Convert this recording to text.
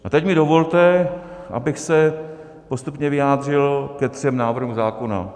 A teď mi dovolte, abych se postupně vyjádřil ke třem návrhům zákonů.